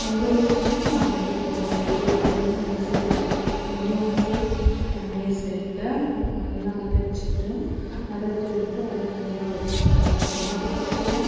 ஒரு ஸ்பூன் மஞ்சத்தூள் போட்டு மிக்ஸில் போட்டு கொஞ்சோன்டு தண்ணி சேர்த்து நல்லா அரைச்சிட்டு அரைச்செடுத்து அதை தனியாக எடுத்து வச்சுக்கணும் அதுக்கப்புறம்